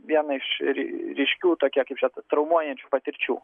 viena iš ryškių tokia kaip čia traumuojančių patirčių